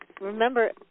remember